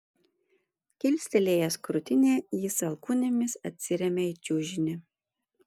kilstelėjęs krūtinę jis alkūnėmis atsiremia į čiužinį